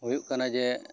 ᱦᱩᱭᱩᱜ ᱠᱟᱱᱟ ᱡᱮ